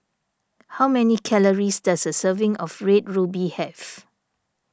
how many calories does a serving of Red Ruby have